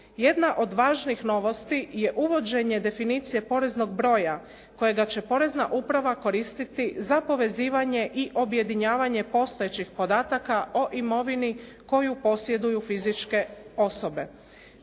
Jedna od važnih novosti je uvođenje definicije poreznog broja kojega će porezna uprava koristiti za povezivanje i objedinjavanje postojećih podataka o imovini koju posjeduju fizičke osobe.